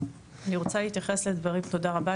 תודה רבה.